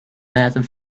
method